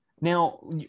Now